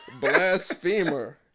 blasphemer